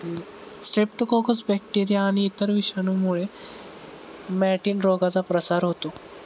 Streptococcus bacteria आणि इतर विषाणूंमुळे मॅटिन रोगाचा प्रसार होतो